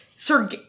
Sir